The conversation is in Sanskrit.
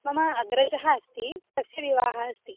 मम अग्रजः अस्ति तस्य विवाहः अस्ति